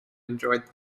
enjoyed